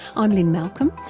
i'm lynne malcolm.